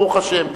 ברוך השם.